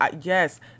Yes